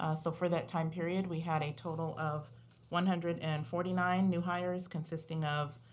ah so for that time period, we had a total of one hundred and forty nine new hires consisting of